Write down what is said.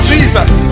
Jesus